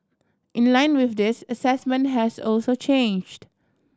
in line with this assessment has also changed